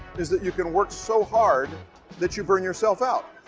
is that you can work so hard that you burn yourself out.